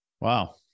Wow